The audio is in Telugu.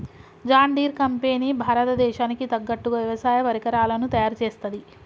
జాన్ డీర్ కంపెనీ భారత దేశానికి తగ్గట్టుగా వ్యవసాయ పరికరాలను తయారుచేస్తది